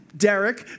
Derek